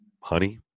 honey